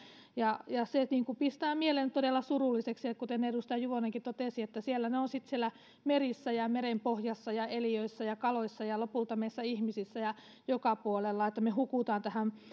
ja ja se pistää mielen todella surulliseksi kuten edustaja juvonenkin totesi siellä ne ovat sitten siellä merissä ja merenpohjassa ja eliöissä ja kaloissa ja lopulta meissä ihmisissä ja joka puolella me hukumme tähän